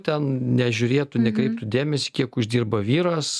ten nežiūrėtų nekreiptų dėmesį kiek uždirba vyras